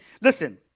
listen